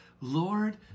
Lord